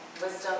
wisdom